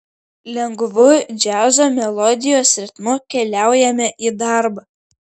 lengvu džiazo melodijos ritmu keliaujame į darbą